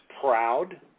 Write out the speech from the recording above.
proud